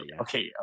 Okay